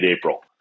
April